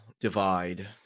divide